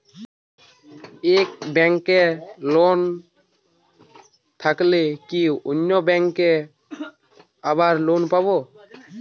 এক ব্যাঙ্কে লোন থাকলে কি অন্য ব্যাঙ্কে আবার লোন পাব?